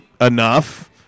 enough